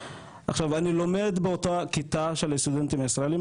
עכשיו אני לומד באותה כיתה של הסטודנטים הישראלים,